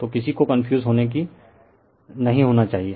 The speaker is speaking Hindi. तो किसी को कन्फ्यूजन नहीं होना चाहिए